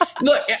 Look